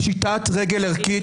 פשיטת רגל ערכית,